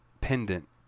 pendant